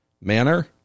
manner